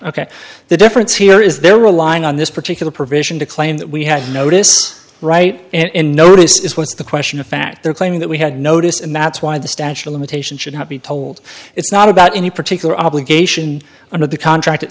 ok the difference here is they're relying on this particular provision to claim that we had notice right and notice is what's the question of fact they're claiming that we had noticed and that's why the statute of limitation should not be told it's not about any particular obligation under the contract